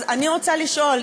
אז אני רוצה לשאול,